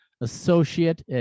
associate